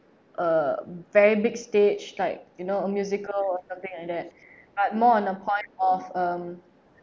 a very big stage type like you know a musical or something like that but more on the point of um